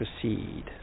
proceed